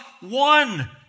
one